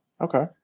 Okay